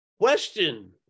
question